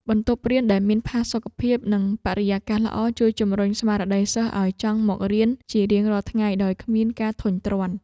បន្ទប់រៀនដែលមានផាសុកភាពនិងបរិយាកាសល្អ ជួយជំរុញស្មារតីសិស្សឱ្យចង់មករៀនជារៀងរាល់ថ្ងៃដោយគ្មានការធុញទ្រាន់។